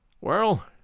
Well